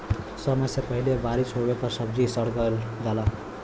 समय से पहिले बारिस होवे पर सब्जी सड़ गल जाला